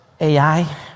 AI